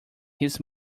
his